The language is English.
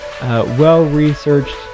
well-researched